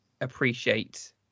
appreciate